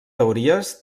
teories